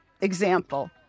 Example